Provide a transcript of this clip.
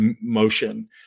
motion